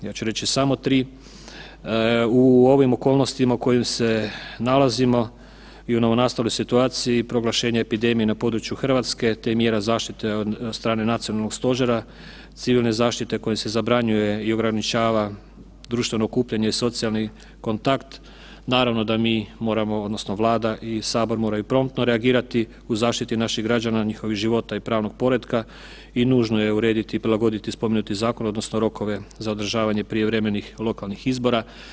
Ja ću reći samo 3. U ovim okolnostima u kojim se nalazimo i u novonastaloj situaciji proglašenje epidemije na području Hrvatske te mjera zaštite od strane Nacionalnog stožera civilne zaštite kojom se zabranjuje i ograničava društveno okupljanje, socijalni kontakt, naravno da mi moramo odnosno Vlada i sabor moraju promptno reagirati u zaštiti naših građana, njihovih života i pravnog poretka i nužno je urediti i prilagoditi spomenuti zakon odnosno rokove za održavanje prijevremenih lokalnih izbora.